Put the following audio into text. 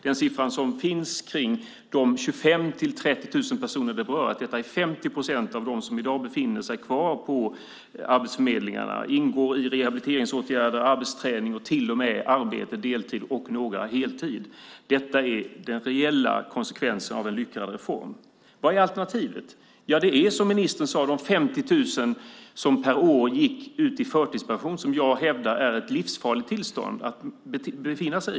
Den siffra som finns kring de 25 000-30 000 personer det berör visar att 50 procent av dem som i dag befinner sig kvar på arbetsförmedlingarna ingår i rehabiliteringsåtgärder, arbetsträning och till och med arbete deltid, några på heltid. Detta är den reella konsekvensen av en lyckad reform. Vad är alternativet? Det är, som ministern sade, de 50 000 per år som gick ut i förtidspension, som jag hävdar är ett livsfarligt tillstånd att befinna sig i.